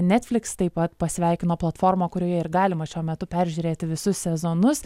netflix taip pat pasveikino platformą kurioje ir galima šiuo metu peržiūrėti visus sezonus